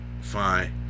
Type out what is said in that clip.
Fine